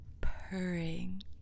purring